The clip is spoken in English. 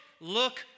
look